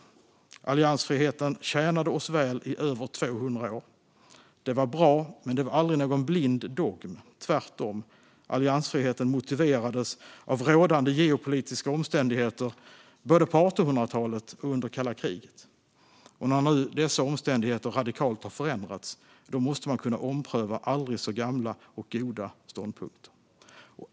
Alliansfriheten tjänade oss väl i över 200 år. Den var bra, men den var aldrig någon blind dogm - tvärtom. Alliansfriheten motiverades av rådande geopolitiska omständigheter, både på 1800-talet och under kalla kriget. När nu dessa omständigheter radikalt har förändrats måste man kunna ompröva aldrig så gamla och goda ståndpunkter.